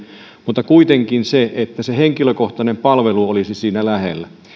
mutta kuitenkin tärkeää on se että se henkilökohtainen palvelu olisi siinä lähellä